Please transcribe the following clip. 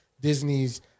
Disney's